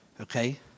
okay